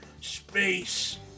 space